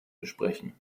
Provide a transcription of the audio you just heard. besprechen